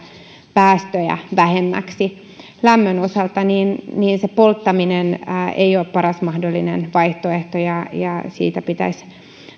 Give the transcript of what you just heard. päästöjä vähemmäksi lämmön osalta polttaminen ei ole paras mahdollinen vaihtoehto ja ja siitä pitäisi